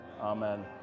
Amen